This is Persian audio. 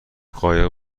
قایق